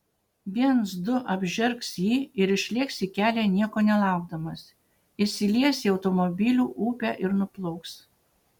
viens du apžergs jį ir išlėks į kelią nieko nelaukdamas įsilies į automobilių upę ir nuplauks